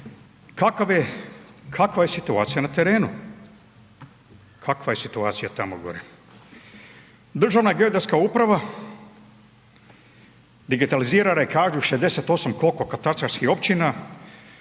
Kakva je situacija na terenu? Kakva je situacija tamo gore? Državna geodetska uprava digitalizirala je, kažu, 68, koliko, katastarskih općina.